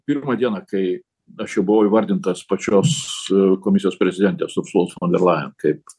pirmą dieną kai aš jau buvau įvardintas pačios komisijos prezidentės ursulos fonderlajen kaip